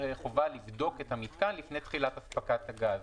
חובה לבדוק את המיתקן לפני תחילת אספקת הגז.